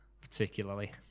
particularly